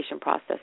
process